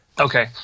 Okay